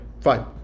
Fine